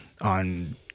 on